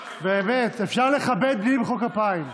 אפשר לכבד בלי למחוא כפיים.